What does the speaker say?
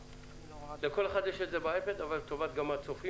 לכאן סקירה של המצב הנוכחי.